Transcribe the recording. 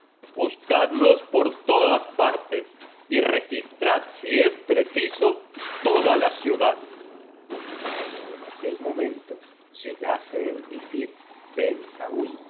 ordenó buscadlos por todas partes y registrad si es preciso toda la ciudad y como en aquel momento llegase el visir